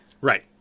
Right